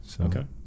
Okay